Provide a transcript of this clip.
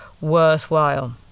worthwhile